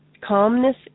Calmness